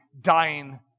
dying